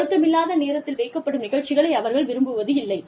பொருத்தமில்லாத நேரத்தில் வைக்கப்படும் நிகழ்ச்சிகளை அவர்கள் விரும்புவதில்லை